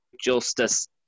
justice